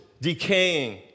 decaying